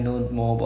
mm